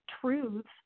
truths